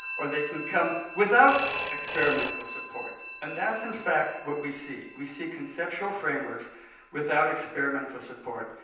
or they can come without experimental support, and that's in fact what we see. we see conceptual frameworks without experimental support.